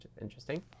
interesting